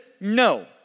no